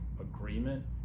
agreement